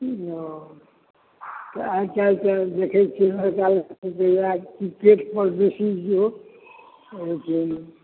आइकाल्हिके देखै छियै जे आइकाल्हिके क्रिकेट पर बेसी जोर देलक